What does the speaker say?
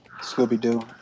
scooby-doo